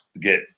get